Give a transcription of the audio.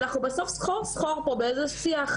אנחנו בסוף הולכים סחור-סחור פה באיזה שיח,